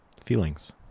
feelings